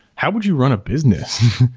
how would you run a business?